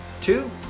Two